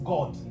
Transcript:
God